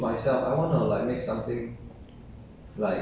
ya then why 为什么你要这这为什么你要